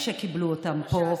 איך שקיבלו אותם פה.